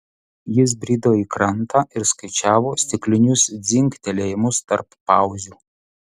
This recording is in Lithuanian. jis brido į krantą ir skaičiavo stiklinius dzingtelėjimus tarp pauzių